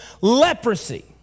leprosy